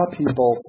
people